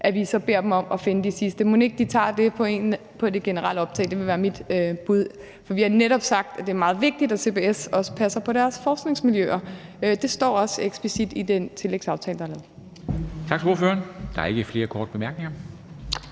pct., så beder vi dem om at finde de sidste. Mon ikke de tager det på det generelle optag? Det ville være mit bud. For vi har netop sagt, at det er meget vigtigt, at CBS også passer på deres forskningsmiljøer. Det står også eksplicit i den tillægsaftale, der er lavet.